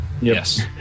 Yes